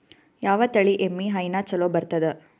ಯಾವ ತಳಿ ಎಮ್ಮಿ ಹೈನ ಚಲೋ ಬರ್ತದ?